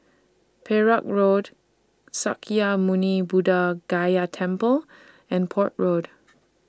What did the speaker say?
Perak Road Sakya Muni Buddha Gaya Temple and Port Road